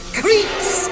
creeps